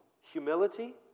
humility